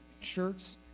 shirts